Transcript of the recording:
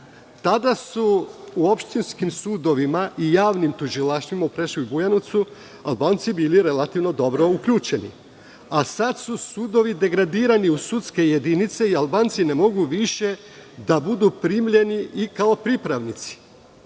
Tada su u opštinskim sudovima i javnim tužilaštvima, u Preševu i Bujanovcu, Albanci bili relativno dobro uključeni, a sad su sudovi degradirani u sudske jedinice i Albanci ne mogu više da budu primljeni i kao pripravnici